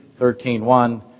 13.1